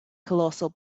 colossal